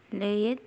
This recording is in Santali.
ᱞᱟᱹᱭᱮᱫ